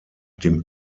dem